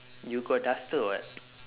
you got duster what